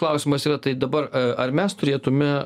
klausimas yra tai dabar ar mes turėtume